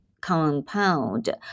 compound